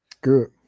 Good